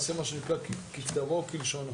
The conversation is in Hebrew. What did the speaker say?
עומדים על הרגליים האחוריות שהכול ייעשה ככתבו וכלשונו.